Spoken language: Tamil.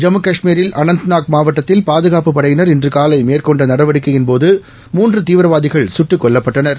ஜம்மு கஷ்மீரில் அனந்தநாக் மாவட்டத்தில் பாதுகாப்புப் படையின் இன்றுகாலைமேற்கொண்டநடவடிக்கையின்போது மூன்றுதீவிரவாதிகள் சுட்டுக் கொல்லப்பட்டனா